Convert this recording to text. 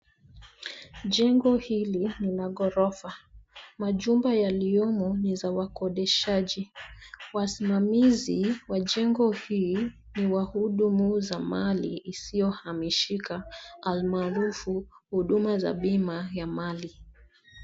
jengo hili ni ya ghorofa. majumba yaliyomo ni za wakodeshaji. Wasimamizi wa jengo hii, ni wahudumu za mali isiyo hamishika almaarufu huduma za bima ya mali.